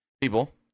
People